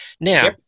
Now